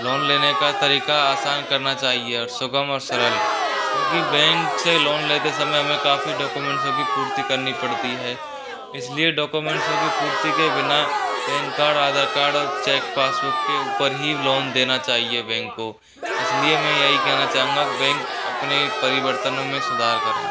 loan लेने का तरीका आसान करना चाहिए और सुगम और सरल क्योंकि बैंक से लोन लेते समय हमें काफ़ी डॉक्यूमेंट्सो की पूर्ति करनी पड़ती है इसलिए डॉक्यूमेंट्सो की पूर्ति के बिना पैन कार्ड आधार कार्ड और चेक पासबुक के ऊपर ही लोन देना चाहिए बैंक को इसलिए मैं यही कहना चाहूँगा बैंक अपने परिवर्तनों में सुधार करें